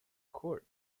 court